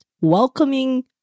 welcoming